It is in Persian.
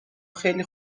خیلی